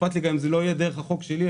לא אכפת גם שאם זה לא יהיה דרך החוק שלי,